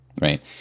right